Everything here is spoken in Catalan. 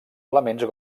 elements